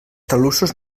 talussos